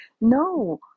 No